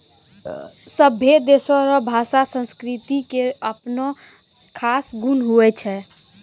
सभै देशो रो भाषा संस्कृति के अपनो खास गुण हुवै छै